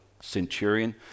centurion